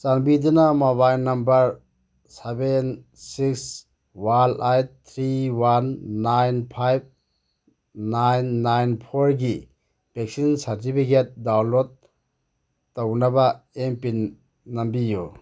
ꯆꯥꯟꯕꯤꯗꯨꯅ mobile number seven six one eight three one nine five nine nine ꯐꯣꯔꯒꯤ vaccine certificate download ꯇꯧꯅꯕ M PIN ꯅꯝꯕꯤꯌꯨ